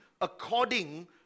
according